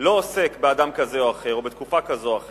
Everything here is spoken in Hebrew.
לא עוסק באדם כזה או אחר או בתקופה כזו או אחרת: